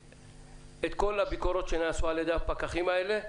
כל הביקורות שנעשו על ידי הפקחים האלה,